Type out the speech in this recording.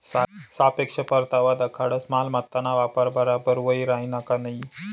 सापेक्ष परतावा दखाडस मालमत्ताना वापर बराबर व्हयी राहिना का नयी